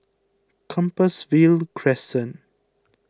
Compassvale Crescent